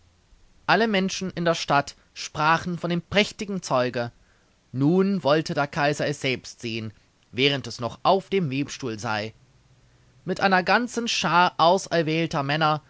alle menschen in der stadt sprachen von dem prächtigen zeuge nun wollte der kaiser es selbst sehen während es noch auf dem webstuhl sei mit einer ganzen schar auserwählter männer